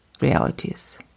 realities